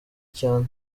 cyane